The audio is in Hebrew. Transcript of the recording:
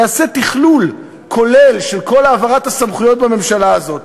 יעשה תכלול כולל של כל העברת הסמכויות בממשלה הזאת.